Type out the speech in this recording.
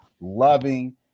loving